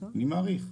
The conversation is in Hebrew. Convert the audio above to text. אני מעריך.